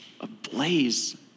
ablaze